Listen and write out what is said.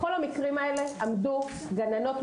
בכל המקרים האלה עמדו גננות,